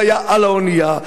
שהיה על האונייה,